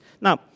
Now